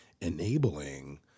enabling